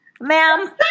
Ma'am